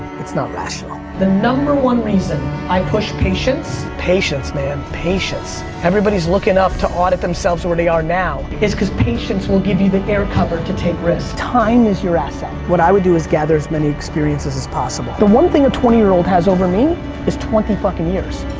it's not rational. the number one reason i push patience. patience, man. patience. everybody's looking up to audit themselves where they are now. is cause patience will give you the air cover to take risk. time is your asset. what i would do is gather as many experiences as possible. the one thing a twenty year old has over me is twenty fucking years.